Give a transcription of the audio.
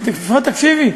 לפחות תקשיבי.